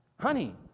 Honey